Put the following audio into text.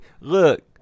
Look